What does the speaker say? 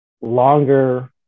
longer